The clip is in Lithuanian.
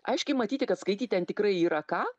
aiškiai matyti kad skaityt ten tikrai yra ką